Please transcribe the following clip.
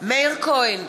מאיר כהן,